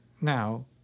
Now